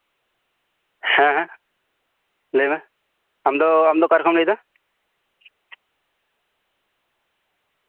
ᱦᱮᱸ ᱞᱟᱹᱭ ᱢᱮ ᱟᱢ ᱫᱚ ᱟᱢ ᱫᱚ ᱚᱠᱟ ᱠᱷᱚᱱᱮᱢ ᱞᱟᱹᱭᱮᱫᱟ